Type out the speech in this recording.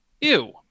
Ew